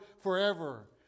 forever